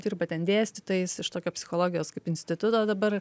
dirba ten dėstytojais iš tokio psichologijos kaip instituto dabar